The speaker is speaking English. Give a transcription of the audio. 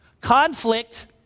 Conflict